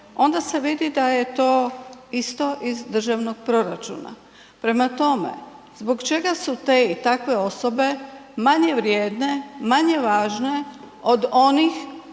onda se vidi da je to isto iz državnog proračuna. Prema tome, zbog čega su te i takve osobe manje vrijedne, manje važne od onih